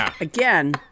again